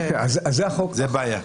זאת הבעיה.